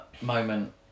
moment